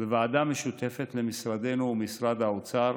בוועדה משותפת למשרדנו ולמשרד האוצר,